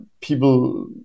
people